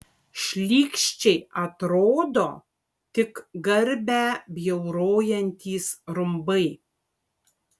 šlykščiai atrodo tik garbę bjaurojantys rumbai